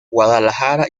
guadalajara